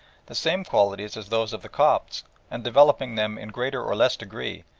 the same qualities as those of the copts and developing them in greater or less degree,